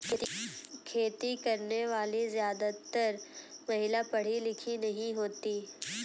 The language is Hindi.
खेती करने वाली ज्यादातर महिला पढ़ी लिखी नहीं होती